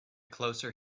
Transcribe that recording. closer